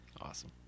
Awesome